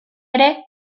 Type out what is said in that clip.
ere